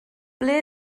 ble